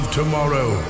tomorrow